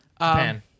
Japan